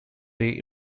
day